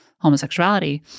homosexuality